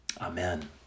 Amen